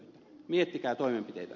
miettikää toimenpiteitä